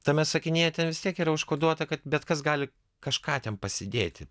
tame sakinyje ten vis tiek yra užkoduota kad bet kas gali kažką ten pasidėti